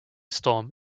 storm